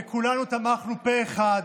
וכולנו תמכנו פה אחד,